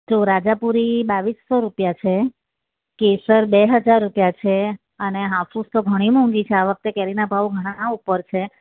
જો રાજાપુરી બાવીસસો રૂપિયા છે કેસર બે હજાર રૂપિયા છે અને હાફૂસ તો ઘણી મોંઘી છે આ વખતે કેરીના ભાવ ઘણા ઉપર છે